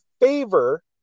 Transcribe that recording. favor